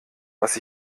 was